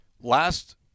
Last